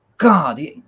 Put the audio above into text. God